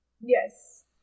Yes